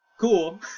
Cool